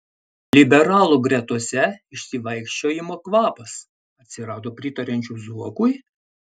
liberalų gretose išsivaikščiojimo kvapas atsirado pritariančių zuokui